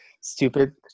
stupid